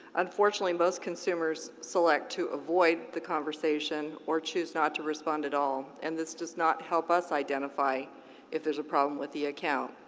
unfortunately, most consumers select to avoid the conversation or choose not to respond at all, and this does not help us identify if there's a problem with the account.